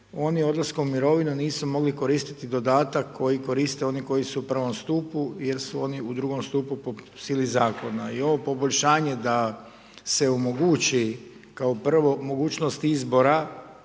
oni odlaskom u mirovinu nisu mogli koristiti dodatak koji koriste oni koji su u prvom stupu jer su oni u drugom stupu po sili Zakona i ovo poboljšanje da se omogući kao prvo mogućnost izbora